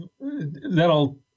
That'll